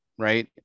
right